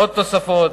עוד תוספות,